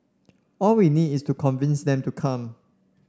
all we need is to convince them to come